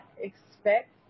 expect